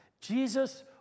Jesus